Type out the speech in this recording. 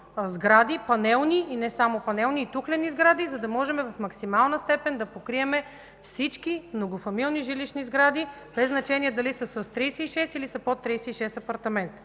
панелни и не само панелни, и тухлени, за да можем в максимална степен да покрием всички многофамилни жилищни сгради, без значение дали са с 36, или са с под 36 апартамента.